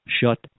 shut